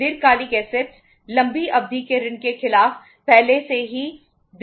देने के लिए कुछ भी नहीं है